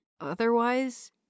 Otherwise